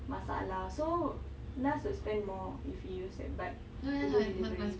masalah so naz will spend more if he use that bike to do delivery